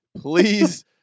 please